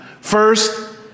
First